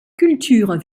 cultures